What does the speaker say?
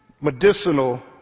medicinal